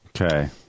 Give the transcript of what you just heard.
okay